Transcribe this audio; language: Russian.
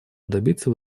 добиться